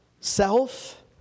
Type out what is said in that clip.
self